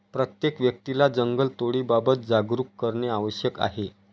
प्रत्येक व्यक्तीला जंगलतोडीबाबत जागरूक करणे आवश्यक आहे